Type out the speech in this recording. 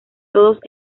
todos